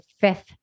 fifth